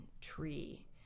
tree